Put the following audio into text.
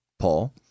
Paul